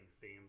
theme